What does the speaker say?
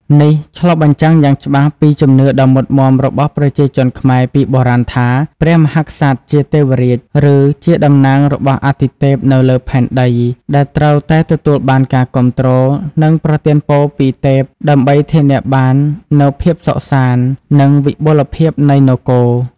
នេះឆ្លុះបញ្ចាំងយ៉ាងច្បាស់ពីជំនឿដ៏មុតមាំរបស់ប្រជាជនខ្មែរពីបុរាណថា ព្រះមហាក្សត្រជា ទេវរាជ ឬជាតំណាងរបស់អាទិទេពនៅលើផែនដី ដែលត្រូវតែទទួលបានការគាំទ្រ និងប្រទានពរពីទេព ដើម្បីធានាបាននូវភាពសុខសាន្ត និងវិបុលភាពនៃនគរ។